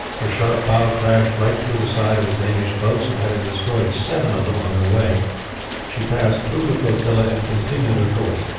her sharp bow crashed right through the side of the danish boats, and having destroyed seven of them on her way she passed through the flotilla and continued her course.